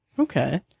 Okay